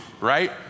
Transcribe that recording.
right